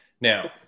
Now